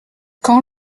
quand